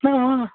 ꯑ ꯑ